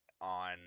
on